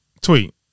Tweet